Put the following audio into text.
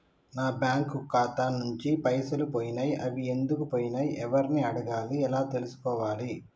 నా బ్యాంకు ఖాతా నుంచి పైసలు పోయినయ్ అవి ఎందుకు పోయినయ్ ఎవరిని అడగాలి ఎలా తెలుసుకోవాలి?